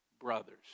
Brothers